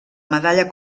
medalla